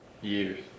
Years